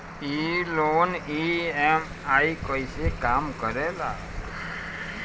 ई loan EMI कईसे काम करेला?